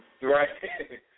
Right